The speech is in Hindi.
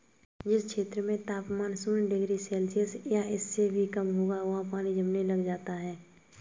जिस क्षेत्र में तापमान शून्य डिग्री सेल्सियस या इससे भी कम होगा वहाँ पानी जमने लग जाता है